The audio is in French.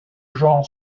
genre